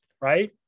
right